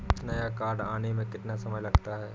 नया कार्ड आने में कितना समय लगता है?